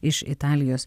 iš italijos